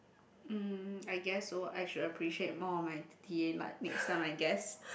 um I guess so I should appreciate more of my t_a like next time I guess